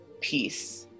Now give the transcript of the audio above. peace